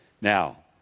Now